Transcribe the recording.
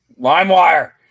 LimeWire